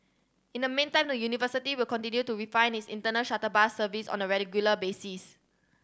in the meantime the university will continue to refine its internal shuttle bus service on a basis